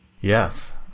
yes